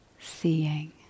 seeing